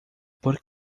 por